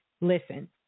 Listen